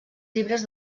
llibres